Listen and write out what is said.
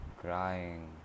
crying